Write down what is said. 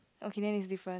okay then is different